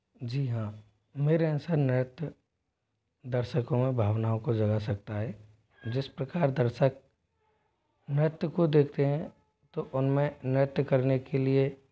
जी हाँ मेरे अनुसार नृत्य दर्शकों में भावनाओं को जगा सकता है जिस प्रकार दर्शक नृत्य को देखते हैं तो उनमें नृत्य करने के लिए